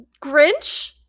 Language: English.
Grinch